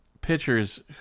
pitchers